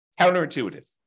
Counterintuitive